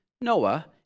Noah